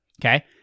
Okay